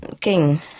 king